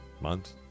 month